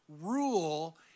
rule